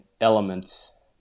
elements